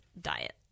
diet